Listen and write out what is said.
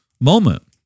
moment